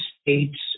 states